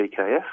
PKF